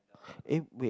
eh wait